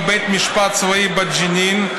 בבית משפט צבאי בג'נין,